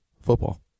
Football